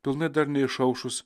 pilnai dar neišaušus